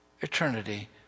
eternity